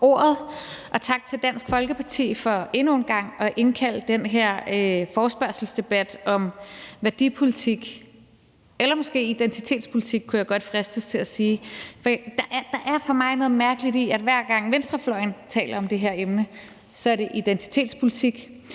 tak til Dansk Folkeparti for endnu en gang at indkalde til den her forespørgselsdebat om værdipolitik eller måske identitetspolitik, som jeg godt kunne fristes til at sige. Der er for mig noget mærkeligt i, at hver gang venstrefløjen taler om det her emne, er det identitetspolitik,